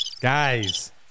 guys